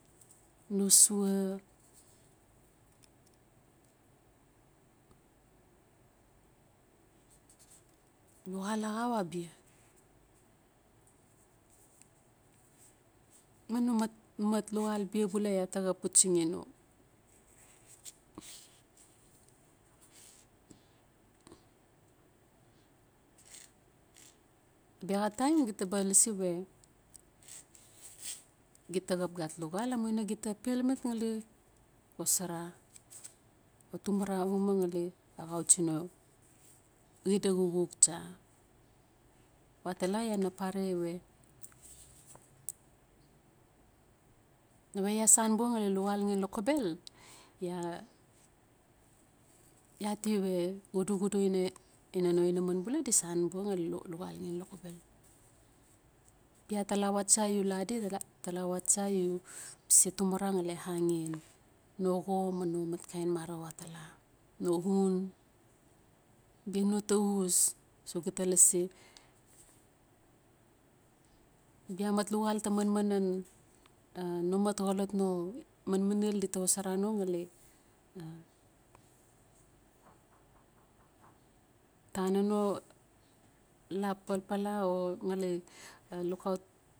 Nosua luxal axau abia ma nomat mat luxal bia ya ta xap puchaxi no. Bia xa time gita ba lasi we gita xap gat luxal amuina gita pelmat ngali xosora o tumara uma ngali axau chi no gita xuxuk cha we atala ya we na pare we inawe ya san buxa ngali luxal xen lokobel ya yaati we xudu xudu ina no inaman bula di san bula di san bula ngali luxal in lokobel talawa u la adi talawa cha u se tumara ngali axen, no xo ma no matkain mara, no in bia no ta us, so gita lasi bia mat luxal ta manman lan a no mat xolot no manmanel dita xosora no ngali tana no la papala o ngali lukaut